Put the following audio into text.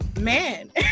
Man